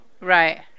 Right